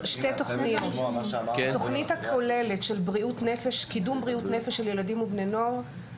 התוכנית הכוללת של קידום בריאות נפש של ילדים ובני נוער,